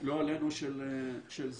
לא עלינו של סגרים.